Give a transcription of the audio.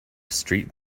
street